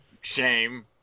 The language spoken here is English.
shame